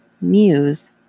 Muse